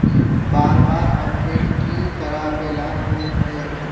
बार बार अपडेट की कराबेला होय है?